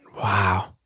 Wow